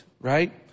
Right